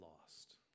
lost